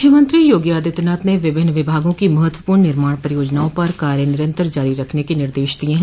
मुख्यमंत्री योगी आदित्यनाथ ने विभिन्न विभागों की महत्वपूर्ण निर्माण परियोजनाओं पर कार्य निरन्तर जारी रखने के निर्देश दिए हैं